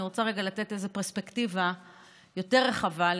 ואני רוצה רגע לתת איזו פרספקטיבה יותר רחבה על